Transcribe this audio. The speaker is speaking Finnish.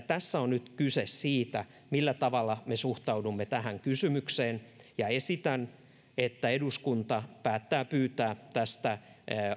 tässä on nyt kyse siitä millä tavalla me suhtaudumme tähän kysymykseen ja esitän että eduskunta päättää pyytää tästä